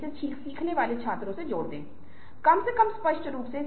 वह बदल रहे है वह शैली बदल रहा है उसका मूड बदल रहा है